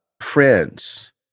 Friends